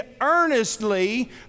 earnestly